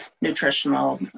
nutritional